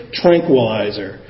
tranquilizer